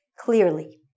clearly